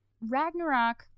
Ragnarok